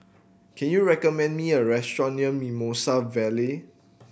can you recommend me a restaurant near Mimosa Vale